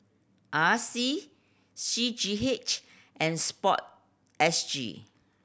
R C C G H and Sport S G